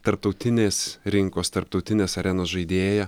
tarptautinės rinkos tarptautinės arenos žaidėją